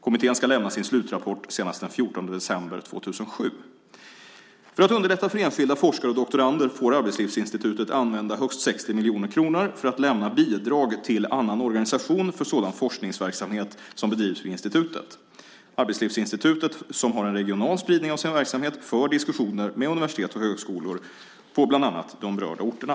Kommittén ska lämna sin slutrapport senast den 14 december 2007. För att underlätta för enskilda forskare och doktorander får Arbetslivsinstitutet använda högst 60 miljoner kronor för att lämna bidrag till annan organisation för sådan forskningsverksamhet som bedrivs vid institutet. Arbetslivsinstitutet, som har en regional spridning av sin verksamhet, för diskussioner med universitet och högskolor på bland annat de berörda orterna.